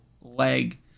leg